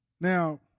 Now